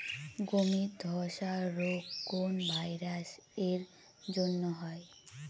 গমের ধসা রোগ কোন ভাইরাস এর জন্য হয়?